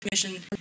Commission